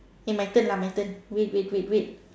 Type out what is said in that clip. eh my turn lah my turn wait wait wait wait